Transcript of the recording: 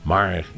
Maar